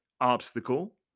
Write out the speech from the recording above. obstacle